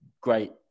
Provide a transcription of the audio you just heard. great